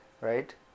right